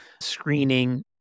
screening